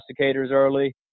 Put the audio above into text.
early